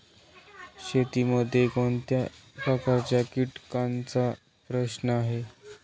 शेतीमध्ये कोणत्या प्रकारच्या कीटकांचा प्रश्न आहे?